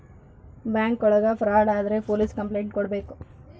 bank ಒಳಗ fraud ಆದ್ರೆ police complaint ಕೊಡ್ಬೇಕು